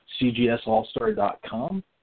cgsallstar.com